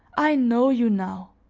i know you now.